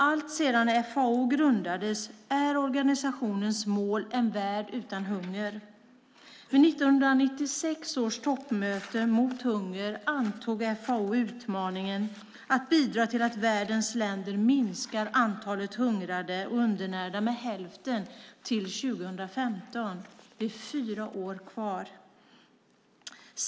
Alltsedan FAO grundades är organisationens mål en värld utan hunger. Vid 1996 års toppmöte mot hunger antog FAO utmaningen att bidra till att världens länder minskar antalet hungrande och undernärda med hälften till 2015. Det är fyra år kvar.